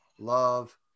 love